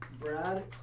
Brad